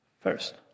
first